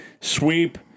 sweep